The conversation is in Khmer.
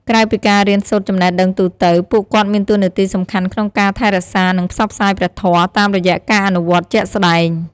ក្រៅពីការរៀនសូត្រចំណេះដឹងទូទៅ ពួកគាត់មានតួនាទីសំខាន់ក្នុងការ ថែរក្សា និងផ្សព្វផ្សាយព្រះធម៌ តាមរយៈការអនុវត្តជាក់ស្ដែង។